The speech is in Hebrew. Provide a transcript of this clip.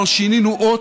לא שינינו אות.